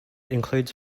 includes